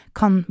kan